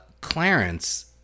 Clarence